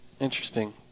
interesting